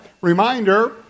reminder